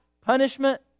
punishment